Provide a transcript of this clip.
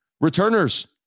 returners